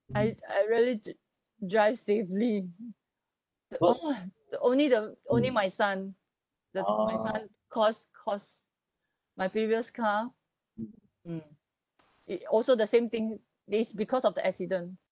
I I really did drive safely the on~ the only the only my son that my son caused caused my previous car mm it also the same thing this because of the accident